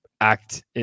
act